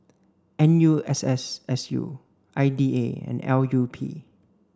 N U S S S U I D A and L U P